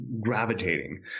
gravitating